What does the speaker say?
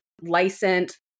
licensed